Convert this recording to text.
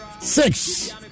six